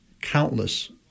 countless